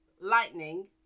lightning